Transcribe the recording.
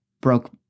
broke